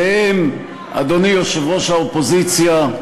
והם, אדוני יושב-ראש האופוזיציה,